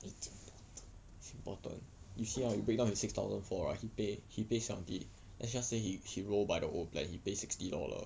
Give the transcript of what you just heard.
it's important